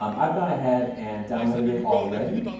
um i've gone ahead and downloaded it already.